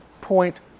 Point